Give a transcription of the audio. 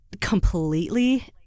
completely